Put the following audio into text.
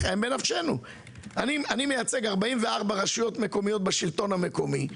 אני מייצג 44 רשויות מקומיות בשלטון המקומי.